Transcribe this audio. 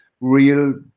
real